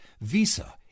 Visa